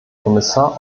kommissar